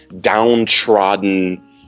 downtrodden